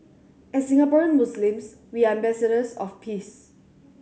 as Singaporean Muslims we are ambassadors of peace